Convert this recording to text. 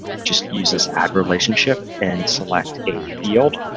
just use this add relationship and select a field.